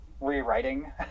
rewriting